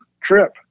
trip